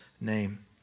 name